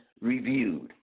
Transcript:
reviewed